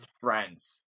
friends